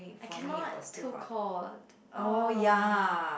I cannot too cold uh